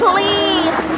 Please